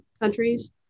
countries